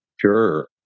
Sure